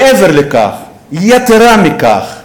מעבר לכך, יתרה מכך,